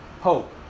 hope